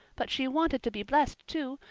but she wanted to be blessed, too,